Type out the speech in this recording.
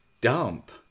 dump